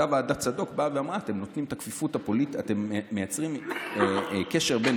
אותה ועדת צדוק אמרה: אתם מייצרים קשר בין